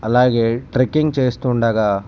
అలాగే ట్రెక్కింగ్ చేస్తుండగా